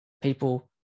people